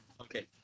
Okay